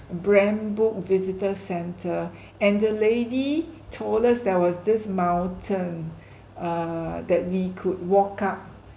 brand book visitor centre and the lady told us there was this mountain err that we could walk up